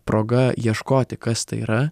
proga ieškoti kas tai yra